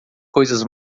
coisas